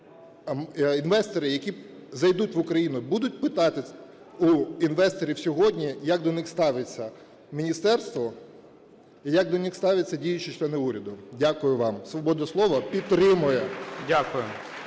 інвестори, які зайдуть в Україну, будуть питати у інвесторів сьогодні, як до них ставиться міністерство і як до них ставляться діючі члени уряду? Дякую вам. Свободу слова підтримує.